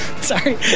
Sorry